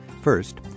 First